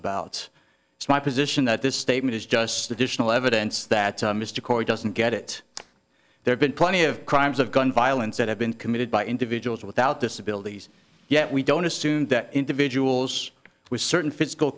about my position that this statement is just additional evidence that mr corey doesn't get it there's been plenty of crimes of gun violence that have been committed by individuals without disabilities yet we don't assume that individuals with certain physical